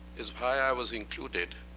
is why i was included,